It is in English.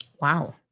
Wow